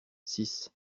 six